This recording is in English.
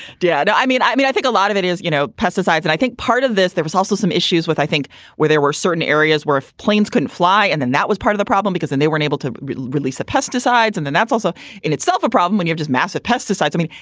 dead. i i mean, i mean, i think a lot of it is, you know, pesticides. and i think part of this there was also some issues with i think where there were certain areas where if planes couldn't and then that was part of the problem because then they weren't able to release the pesticides. and then that's also in itself a problem when you're just massive pesticides. i mean,